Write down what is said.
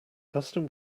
custom